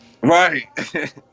right